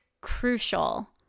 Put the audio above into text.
crucial